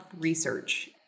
research